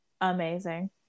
amazing